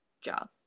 job